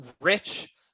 rich